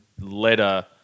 letter